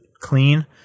clean